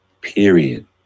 Period